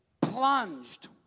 plunged